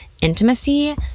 intimacy